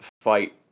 fight